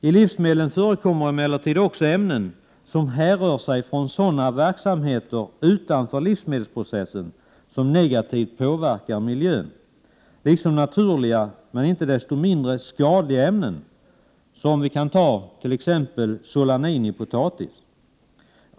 I livsmedlen förekommer emellertid också ämnen som härrör från sådana verksamheter utanför livsmedelsprocessen som negativt påverkar miljön, liksom naturliga men icke desto mindre skadliga ämnen såsom t.ex. solanin i potatis.